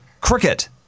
cricket